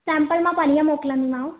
sample मां पणीह मोकिलींदीमांव